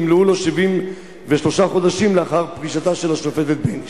ימלאו לו 70 שלושה חודשים לאחר פרישתה של השופטת בייניש.